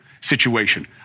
situation